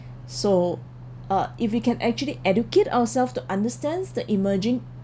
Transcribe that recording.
so uh if we can actually educate ourselves to understand the emerging